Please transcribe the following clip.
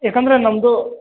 ಯಾಕಂದರೆ ನಮ್ಮದು